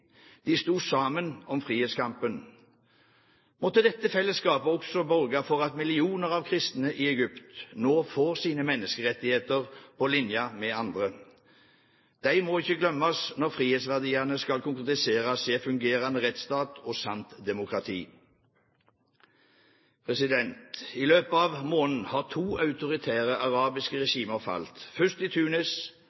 De sto sammen om frihetskampen. Måtte dette fellesskapet også borge for at millioner av kristne i Egypt nå får sine menneskerettigheter på linje med andre. De må ikke glemmes når frihetsverdiene skal konkretiseres i en fungerende rettsstat og et sant demokrati. I løpet av måneden har to autoritære arabiske